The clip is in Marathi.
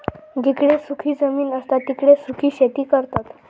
जिकडे सुखी जमीन असता तिकडे सुखी शेती करतत